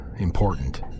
Important